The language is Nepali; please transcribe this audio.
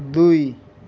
दुई